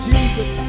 Jesus